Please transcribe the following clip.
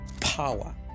power